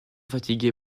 fatiguée